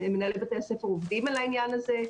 מנהלי בתי הספר עובדים על העניין הזה.